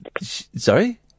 Sorry